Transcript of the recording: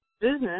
business